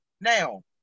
Now